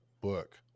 book